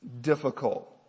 difficult